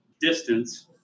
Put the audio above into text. distance